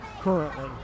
currently